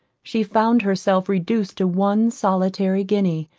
she found herself reduced to one solitary guinea,